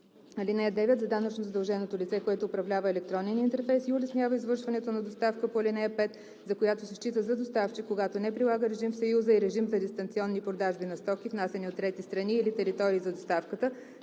(9) За данъчно задълженото лице, което управлява електронен интерфейс и улеснява извършването на доставка по ал. 5, за която се счита за доставчик, когато не прилага режим в Съюза и режим за дистанционни продажби на стоки, внасяни от трети страни или територии за доставката,